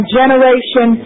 generation